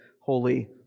holy